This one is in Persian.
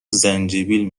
زنجبیل